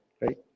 Right